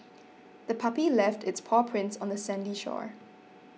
the puppy left its paw prints on the sandy shore